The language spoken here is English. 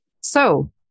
So-